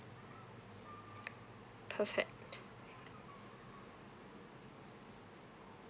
perfect